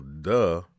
duh